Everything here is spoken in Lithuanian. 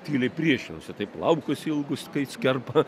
tyliai priešinasi tai plaukus ilgus kai kerpa